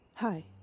Hi